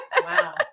Wow